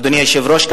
אדוני היושב-ראש.